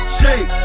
shake